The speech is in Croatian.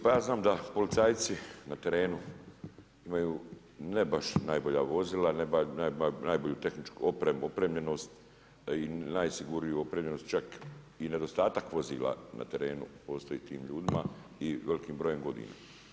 Pa ja znam da policajci na terenu imaju ne baš najbolja vozila, ne najbolju tehničku opremu, opremljenost i najsigurniju opremljenost, čak i nedostatak vozila na terenu postoji tim ljudima i velikim brojem godina.